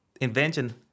invention